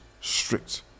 Strict